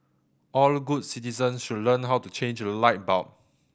all good citizens should learn how to change a light bulb